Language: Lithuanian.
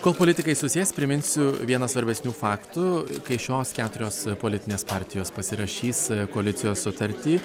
kol politikai susės priminsiu vieną svarbesnių faktų kai šios keturios politinės partijos pasirašys koalicijos sutartį